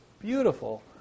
beautiful